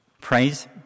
praise